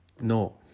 No